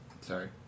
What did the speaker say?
Sorry